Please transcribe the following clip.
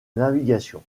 navigation